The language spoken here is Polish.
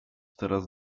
teraz